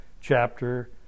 chapter